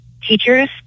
teachers